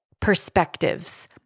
perspectives